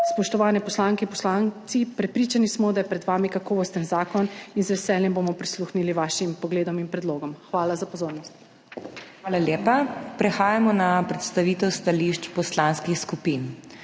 Spoštovane poslanke in poslanci, prepričani smo, da je pred vami kakovosten zakon in z veseljem bomo prisluhnili vašim pogledom in predlogom. Hvala za pozornost. **PODPREDSEDNICA MAG. MEIRA HOT:** Hvala lepa. Prehajamo na predstavitev stališč poslanskih skupin.